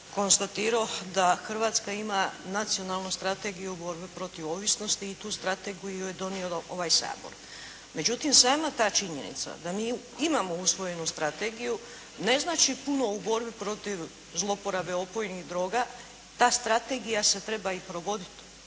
konstatirao da Hrvatska ima Nacionalnu strategiju borbe protiv ovisnosti i tu strategiju je donio ovaj Sabor. Međutim sama ta činjenica da mi imamo usvojenu strategiju ne znači puno u borbi protiv zlouporabe opojnih droga. Ta strategija se treba i provoditi.